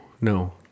no